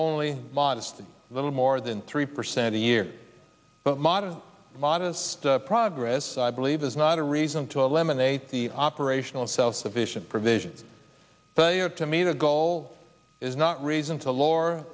only modest a little more than three percent a year but modern modest progress i believe is not a reason to eliminate the operational self sufficient provision but they are to me the goal is not reason to lower